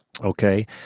Okay